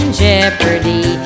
jeopardy